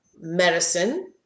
medicine